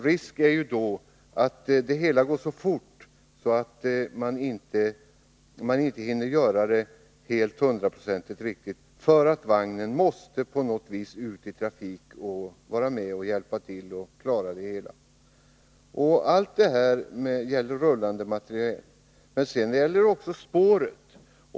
Risken är då att det hela går så fort att man inte hinner göra reparationerna hundraprocentigt färdiga, därför att vagnarna på något vis måste ut i trafik och hjälpa till att klara det hela. Allt detta gäller rullande materiel. Men sedan är det också fråga om spåren.